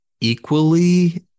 equally